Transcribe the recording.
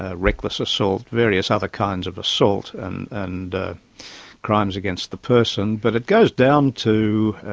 ah reckless assault, various other kinds of assault and and crimes against the person. but it goes down to,